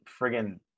friggin